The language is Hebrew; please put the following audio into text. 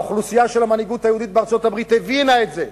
המנהיגות היהודית בארצות-הברית הבינה את זה,